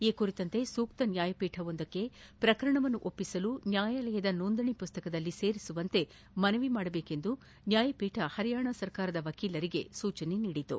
ಈ ಕುರಿತಂತೆ ಸೂಕ್ತ ನ್ಯಾಯಪೀಠವೊಂದಕ್ಕೆ ಪ್ರಕರಣವನ್ನು ಒಪ್ಪಿಸಲು ನ್ಯಾಯಾಲಯದ ನೋಂದಣಿ ಪುಸ್ತಕದಲ್ಲಿ ಸೇರಿಸುವಂತೆ ಮನವಿ ಮಾಡಬೇಕೆಂದು ನ್ತಾಯಪೀಠ ಪರಿಯಾಣ ಸರ್ಕಾರದ ವಕೀಲರಿಗೆ ಸೂಚಿಸಿತು